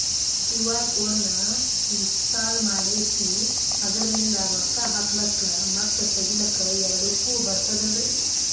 QR code ನ install ಮಾಡೆಸಿ ಅದರ್ಲಿಂದ ರೊಕ್ಕ ಹಾಕ್ಲಕ್ಕ ಮತ್ತ ತಗಿಲಕ ಎರಡುಕ್ಕು ಬರ್ತದಲ್ರಿ?